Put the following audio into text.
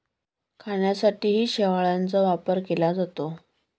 खाण्यासाठीही शेवाळाचा वापर केला जातो